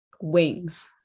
Wings